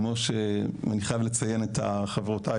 כמו שאני חייב לציין את חברותי,